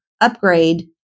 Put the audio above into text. upgrade